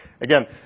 Again